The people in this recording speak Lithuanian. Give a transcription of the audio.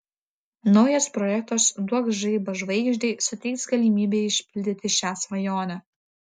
naujas projektas duok žaibą žvaigždei suteiks galimybę išpildyti šią svajonę